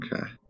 Okay